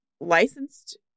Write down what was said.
licensed